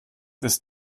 ist